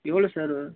எவ்வளோ சார் வரும்